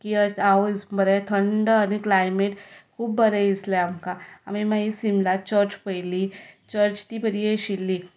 बरें थंड आनी क्लायमेट खूब बरें दिसलें आमकां आमी मागीर शिमला चर्च पयली चर्च ती बरी आशिल्ली